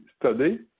study